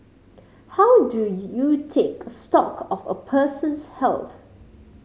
how do you take stock of a person's health